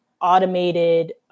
automated